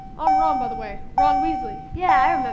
um ron by the way, ron weasley. yeah,